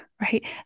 right